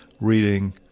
reading